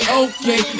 okay